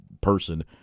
person